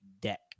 deck